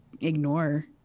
ignore